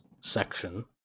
section